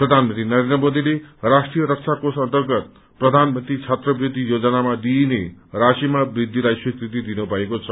प्रधानमन्त्री नरेन्द्र मोदीले राष्ट्रीय रक्षा कोष अन्तर्गत प्रधानमन्त्री छात्रावृत्ति योजनामा दिइने राशिमा वृद्धिलाई मंजूरी दिनुभएको छ